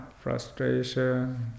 Frustration